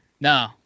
No